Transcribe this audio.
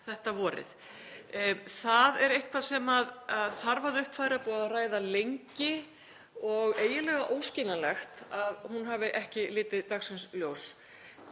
Það er eitthvað sem þarf að uppfæra og er búið að ræða lengi og eiginlega óskiljanlegt að hún hafi ekki litið dagsins ljós.